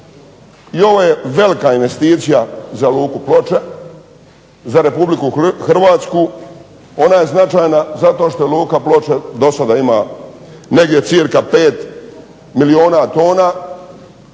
I ovo je velika investicija za Luku Ploče, za Republiku Hrvatsku, ona je značajna zato što Luka Ploče do sada ima negdje cca 5 milijuna tona.